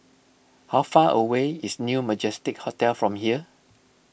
how far away is New Majestic Hotel from here